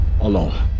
alone